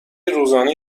روزانه